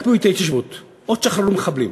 תקפיאו את ההתיישבות, או תשחררו מחבלים.